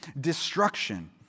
destruction